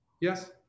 Yes